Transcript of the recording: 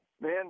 man